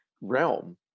realm